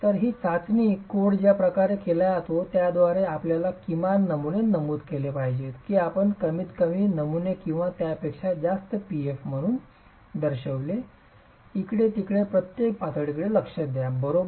तर ही चाचणी कोड ज्या प्रकारे केला जातो त्याद्वारे आपल्याला किमान नमूने नमूद केले पाहिजेत की आपण कमीतकमी नमुने किंवा त्यापेक्षा जास्त एफपी म्हणून दर्शविलेले इकडे तिकडे प्रत्येक पातळीकडे लक्ष द्या बरोबर